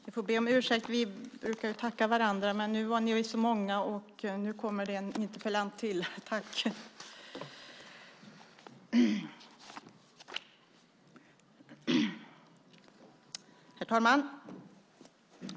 Herr talman!